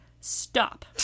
Stop